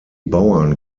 bauern